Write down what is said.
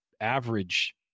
average